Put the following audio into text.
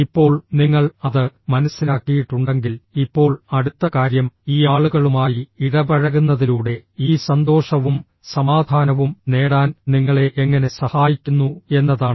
ഇപ്പോൾ നിങ്ങൾ അത് മനസ്സിലാക്കിയിട്ടുണ്ടെങ്കിൽ ഇപ്പോൾ അടുത്ത കാര്യം ഈ ആളുകളുമായി ഇടപഴകുന്നതിലൂടെ ഈ സന്തോഷവും സമാധാനവും നേടാൻ നിങ്ങളെ എങ്ങനെ സഹായിക്കുന്നു എന്നതാണ്